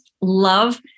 love